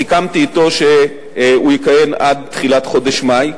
סיכמתי אתו שהוא יכהן עד תחילת חודש מאי.